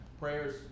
prayers